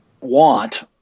want